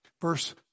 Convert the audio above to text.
Verse